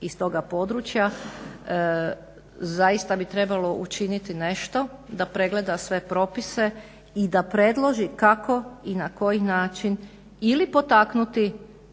iz toga područja zaista bi trebalo učiniti nešto da pregleda sve propise i da predloži kako i na koji način ili potaknuti